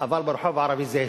אבל ברחוב הערבי זה משתולל.